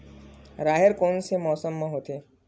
राहेर कोन से मौसम म होथे?